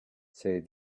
said